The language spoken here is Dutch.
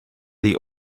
die